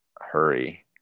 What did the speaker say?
hurry